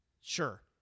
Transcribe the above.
Sure